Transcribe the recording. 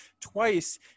twice